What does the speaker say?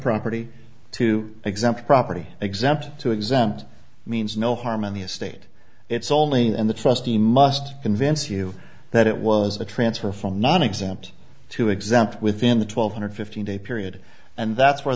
property to exempt property exempt to exempt means no harm in the estate it's only in the trustee must convince you that it was a transfer from nonexempt to exempt within the twelve hundred fifteen day period and that's where